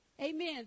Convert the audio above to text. Amen